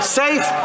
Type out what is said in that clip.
safe